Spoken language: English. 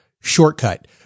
shortcut